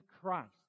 Christ